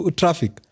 traffic